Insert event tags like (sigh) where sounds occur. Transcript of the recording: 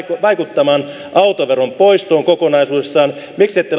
vaikuttamaan autoveron poistoon kokonaisuudessaan miksi te ette (unintelligible)